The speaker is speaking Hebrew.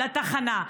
לתחנה.